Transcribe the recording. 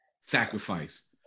sacrifice